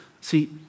See